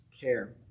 care